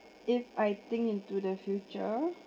if I think into the future